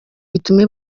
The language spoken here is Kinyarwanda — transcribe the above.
bitume